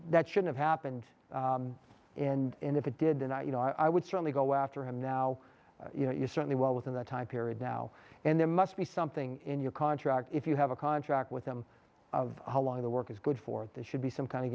that should have happened in in if it did and you know i would certainly go after him now you know you certainly well within the time period now and there must be something in your contract if you have a contract with them of how long the work is good for this should be some kind of